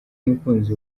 umukunzi